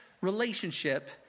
relationship